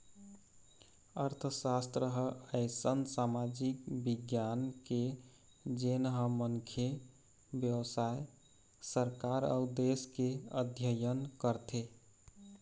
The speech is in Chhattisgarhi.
अर्थसास्त्र ह अइसन समाजिक बिग्यान हे जेन ह मनखे, बेवसाय, सरकार अउ देश के अध्ययन करथे